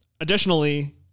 Additionally